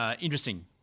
interesting